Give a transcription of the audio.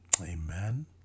Amen